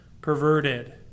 perverted